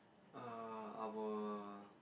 err our